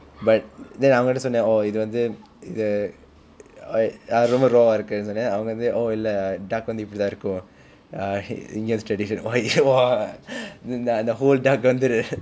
but then அவங்ககிட்ட சொன்னேன்:avangakitta sonen oh இது வந்து:ithu vanthu err ah ரொம்ப:romba raw ah இருக்குன்னு சொன்னேன் அவன் வந்து:irukkunnu sonnen avan vanthu oh இல்லை:illai duck வந்து இப்படித்தான் இருக்கும்:vanthu ippaditthaan irukkum ah english tradition !wah! நான்:naan the whole duck வந்து:vanthu